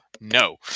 no